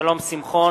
שלום שמחון,